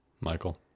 Michael